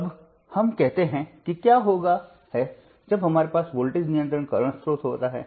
अब हम कहते हैं कि क्या होता है जब हमारे पास वोल्टेज नियंत्रण करंट स्रोत होता है